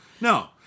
no